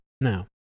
Now